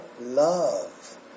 love